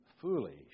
foolish